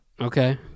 Okay